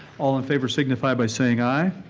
all in favor, signify by saying aye.